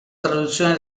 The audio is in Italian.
traduzione